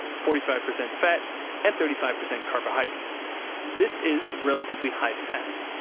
forty five percent fat and thirty five percent carbohydrate this is relatively high fat.